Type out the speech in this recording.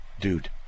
Dude